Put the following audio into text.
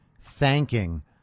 thanking